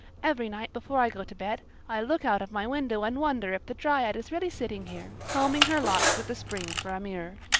every night before i go to bed, i look out of my window and wonder if the dryad is really sitting here, combing her locks with the spring for a mirror.